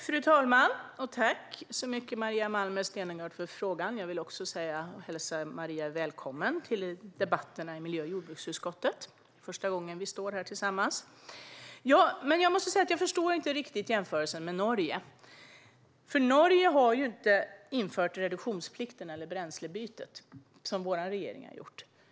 Fru talman! Tack, Maria Malmer Stenergard, för frågan! Jag vill även hälsa Maria välkommen till debatterna i miljö och jordbruksutskottet. Detta är första gången vi står här tillsammans. Jag förstår inte riktigt jämförelsen med Norge. Där har man inte infört en reduktionsplikt eller ett bränslebyte, som vår regering har gjort.